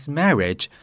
marriage